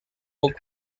book